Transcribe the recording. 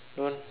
don't